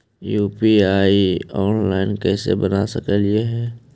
UPI online कैसे बना सकली हे?